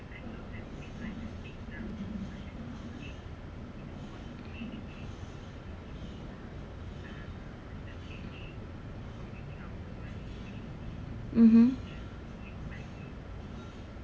mmhmm